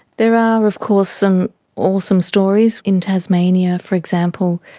there are of course some awesome stories in tasmania, for example.